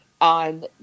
On